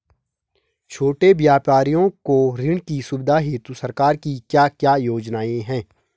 छोटे व्यापारियों को ऋण की सुविधा हेतु सरकार की क्या क्या योजनाएँ हैं?